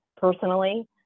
personally